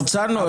הרצנו,